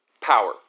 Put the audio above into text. power